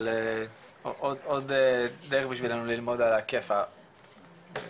אבל עוד דרך בשבילנו ללמוד על ההיקף הבלתי נסבל.